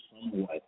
somewhat